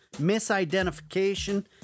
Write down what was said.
misidentification